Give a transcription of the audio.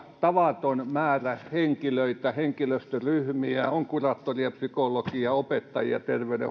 tavaton määrä henkilöitä henkilöstöryhmiä on kuraattoria psykologia opettajia terveydenhuoltohenkilöstöä rehtoria